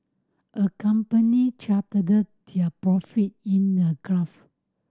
a company charted their profit in a graph